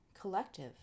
collective